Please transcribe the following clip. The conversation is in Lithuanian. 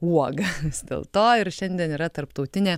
uoga dėl to ir šiandien yra tarptautinė